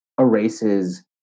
erases